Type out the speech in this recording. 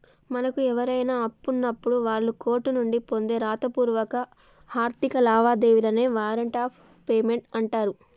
మనకు ఎవరైనా అప్పున్నప్పుడు వాళ్ళు కోర్టు నుండి పొందే రాతపూర్వక ఆర్థిక లావాదేవీలనే వారెంట్ ఆఫ్ పేమెంట్ అంటరు